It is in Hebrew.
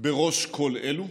בראש כל אלו.